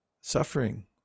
suffering